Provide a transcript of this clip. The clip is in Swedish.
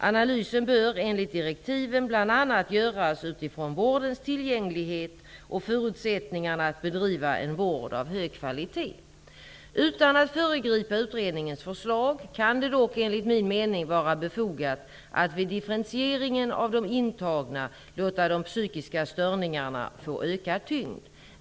Analysen bör enligt direktiven bl.a. göras utifrån vårdens tillgänglighet och förutsättningarna att bedriva en vård av hög kvalitet. Utan att föregripa utredningens förslag kan det dock enligt min mening vara befogat att vid differentieringen av de intagna låta de psykiska störningarna få ökad tyngd.